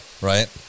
Right